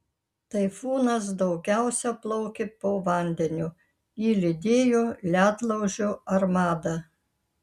taifūnas daugiausia plaukė po vandeniu jį lydėjo ledlaužių armada